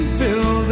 fill